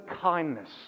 kindness